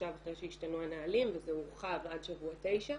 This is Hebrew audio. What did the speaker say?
עכשיו אחרי שהשתנו הנהלים וזה הורחב עד שבוע תשיעי.